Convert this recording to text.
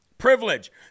privilege